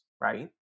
right